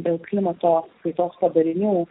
dėl klimato kaitos padarinių